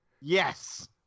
Yes